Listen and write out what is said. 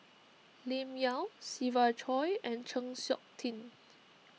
Lim Yau Siva Choy and Chng Seok Tin